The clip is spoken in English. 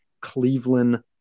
Cleveland